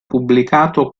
pubblicato